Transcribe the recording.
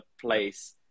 place